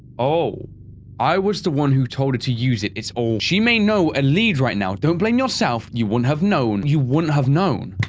oh i was the one who told her to use it. it's all she may know a lead right now. don't blame yourself you wouldn't have known you wouldn't have known.